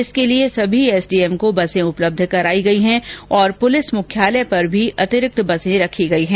इसके लिए सभी एसडीएम को बसे उपलब्ध करवाई गई हैं और पुलिस मुख्यालय पर भी अतिरिक्त बसे रखी गई है